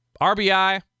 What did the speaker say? RBI